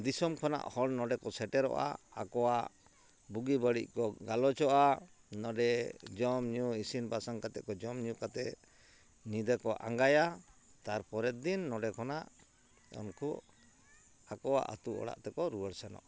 ᱫᱤᱥᱚᱢ ᱠᱷᱚᱱᱟᱜ ᱦᱚᱲ ᱱᱚᱰᱮᱠᱚ ᱥᱮᱴᱮᱨᱚᱜᱼᱟ ᱟᱠᱚᱣᱟᱜ ᱵᱩᱜᱤ ᱵᱟᱹᱲᱤᱡ ᱠᱚ ᱜᱟᱞᱚᱪᱚᱜᱼᱟ ᱱᱚᱰᱮ ᱡᱚᱢᱼᱧᱩ ᱤᱥᱤᱱ ᱵᱟᱥᱟᱝ ᱠᱟᱛᱮᱫ ᱠᱚ ᱡᱚᱢᱼᱧᱩ ᱠᱟᱛᱮᱫ ᱧᱤᱫᱟᱹ ᱠᱚ ᱟᱸᱜᱟᱭᱟ ᱛᱟᱨᱯᱚᱨᱮᱫ ᱫᱤᱱ ᱱᱚᱰᱮ ᱠᱷᱚᱱᱟᱜ ᱩᱱᱠᱩ ᱟᱠᱚᱣᱟᱜ ᱟᱹᱛᱩ ᱚᱲᱟᱜ ᱛᱮᱠᱚ ᱨᱩᱣᱟᱹᱲ ᱥᱮᱱᱚᱜᱼᱟ